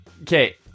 Okay